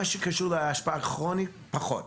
אבל מה שקשור להשפעה כרונית פחות.